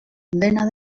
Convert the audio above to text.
dena